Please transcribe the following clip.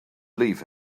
leave